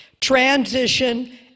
transition